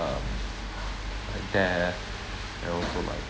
uh there and also like